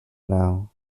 now